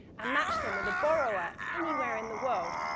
um match them with a borrower anywhere in the world,